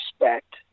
respect